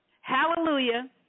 Hallelujah